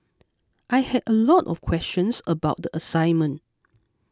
I had a lot of questions about the assignment